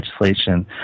legislation